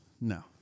No